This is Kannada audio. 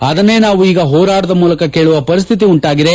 ಅದನ್ನೇ ನಾವು ಈಗ ಹೋರಾಟದ ಮೂಲಕ ಕೇಳುವ ಪರಿಸ್ತಿತಿ ಉಂಟಾಗಿದೆ